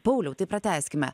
pauliau tai pratęskime